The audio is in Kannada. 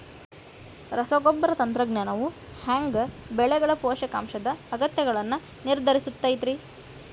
ರಸಗೊಬ್ಬರ ತಂತ್ರಜ್ಞಾನವು ಹ್ಯಾಂಗ ಬೆಳೆಗಳ ಪೋಷಕಾಂಶದ ಅಗತ್ಯಗಳನ್ನ ನಿರ್ಧರಿಸುತೈತ್ರಿ?